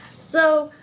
so,